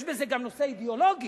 יש בזה גם נושא אידיאולוגי.